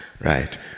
Right